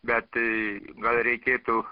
bet tai gal reikėtų